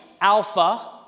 alpha